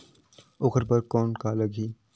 ओकर बर कौन का लगी?